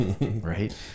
right